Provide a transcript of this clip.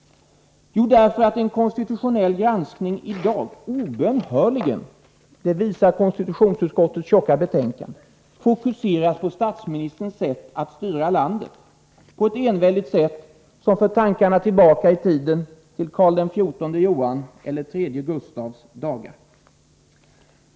Jo, därför att en konstitutionell granskning i dag, som konstitutionsutskottets tjocka betänkande visar, obönhörligen fokuseras på statsministerns sätt att styra landet — ett enväldigt sätt, som för tankarna tillbaka i tiden till Carl XIV Johans eller Gustav III:s dagar.